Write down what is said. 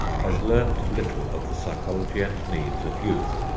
has learned little of the psychology and needs of youth.